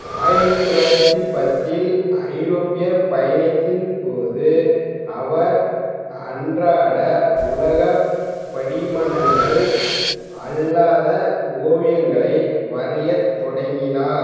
ஆயிரத்தி தொள்ளாயிரத்தி பத்தில் ஐரோப்பிய பயணத்தின் போது அவர் அன்றாடம் உலக படிமனங்கள் அல்லாத ஓவியங்களை வரையத் தொடங்கினார்